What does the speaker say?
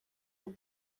aux